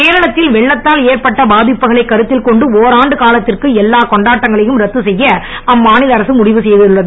கேரளத்தில் வெள்ளத்தால் ஏற்பட்ட பாதிப்புகளை கருத்தில் கொண்டு ஒராண்டு காலத்திற்கு எல்லா கொண்டாட்டங்களையும் ரத்து செய்ய அம்மாநில அரசு முடிவு செய்துள்ளது